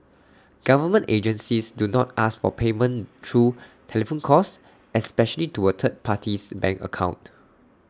government agencies do not ask for payment through telephone calls especially to A third party's bank account